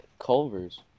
Culver's